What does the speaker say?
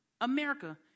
America